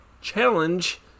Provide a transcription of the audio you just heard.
challenge